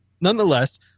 nonetheless